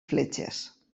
fletxes